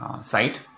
site